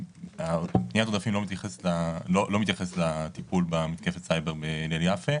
פניית העודפים לא מתייחסת לטיפול במתקפת הסייבר בהלל יפה.